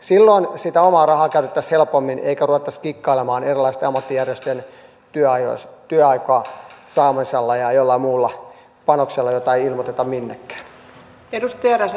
silloin sitä omaa rahaa käytettäisiin helpommin eikä ruvettaisi kikkailemaan erilaisten ammattijärjestöjen työajan saamisilla ja joillain muilla panoksilla joita ei ilmoiteta minnekään